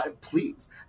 please